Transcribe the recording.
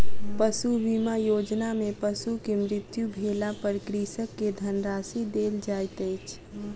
पशु बीमा योजना में पशु के मृत्यु भेला पर कृषक के धनराशि देल जाइत अछि